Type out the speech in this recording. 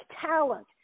talent